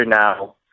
now